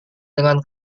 dengan